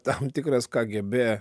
tam tikras kgb